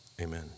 amen